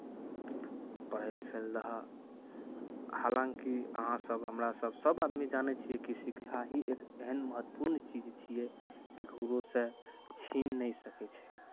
पढ़ै लिखै लेल दहक हालाँकि अहाँसभ हमरासभ सभ आदमी जानै छियै कि शिक्षा ही एक एहन महत्वपूर्ण चीज छियै कि ककरोसँ छीन नहि सकै छै